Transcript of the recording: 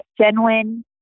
genuine